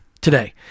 today